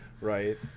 Right